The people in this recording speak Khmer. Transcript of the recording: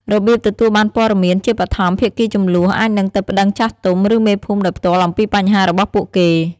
របៀបទទួលបានព័ត៌មាន ជាបឋម ភាគីជម្លោះ អាចនឹងទៅប្ដឹងចាស់ទុំ ឬមេភូមិដោយផ្ទាល់អំពីបញ្ហារបស់ពួកគេ។